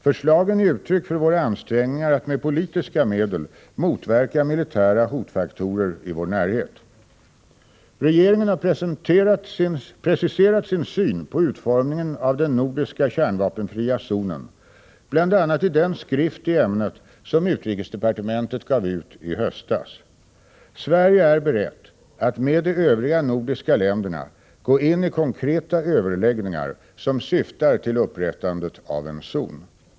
Förslagen är uttryck för våra ansträngningar att med politiska medel motverka militära hotfaktorer i vår närhet. Regeringen har preciserat sin syn på utformningen av den nordiska kärnvapenfria zonen bl.a. i den skrift i ämnet som utrikesdepartementet gav ut i höstas. Sverige är berett att med de övriga nordiska länderna gå in i konkreta överläggningar som syftar till upprättandet av en zon.